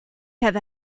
have